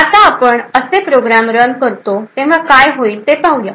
आता आपण असे प्रोग्रॅम रन करतो तेव्हा काय होईल ते पाहूया